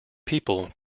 people